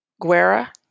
Guerra